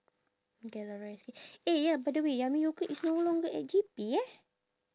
gelare eh ya by the way yummy yogurt is no longer at J_P eh